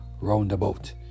roundabout